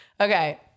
Okay